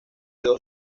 dos